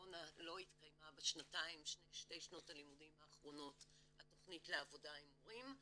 לא התקיימו בשתי שנות הלמודים האחרונות התכנית לעבודה עם הורים,